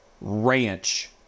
Ranch